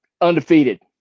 undefeated